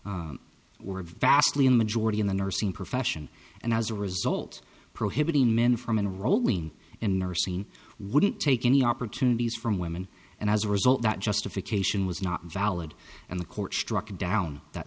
vast were vastly in majority in the nursing profession and as a result prohibiting men from in rolling and nursing wouldn't take any opportunities from women and as a result that justification was not valid and the court struck down that